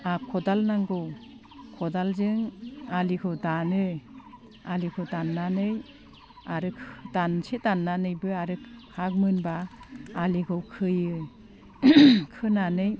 हा खदाल नांगौ खदालजों आलिखौ दानो आलिखौ दाननानै आरो दानसे दाननानैबो आरो हा मोनबा आलिखौ खोयो खोनानै